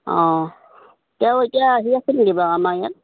অঁ তেওঁ এতিয়া আহি আছে নেকি বাৰু আমাৰ ইয়াত